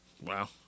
Wow